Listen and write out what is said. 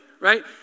right